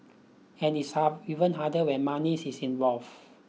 and it's hard even harder when money is involved